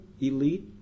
elite